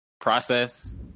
process